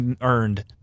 earned